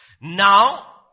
Now